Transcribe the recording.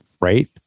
right